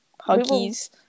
huggies